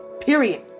Period